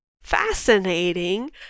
fascinating